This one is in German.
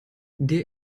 der